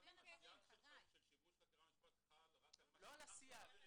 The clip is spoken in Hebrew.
גם הסייג של שיבוש הליכי חקירה ומשפט חל רק על מה --- לא על הסייג.